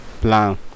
plan